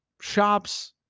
shops